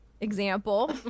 Example